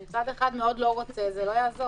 אם צד אחד מאוד לא רוצה, זה לא יעזור.